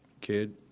kid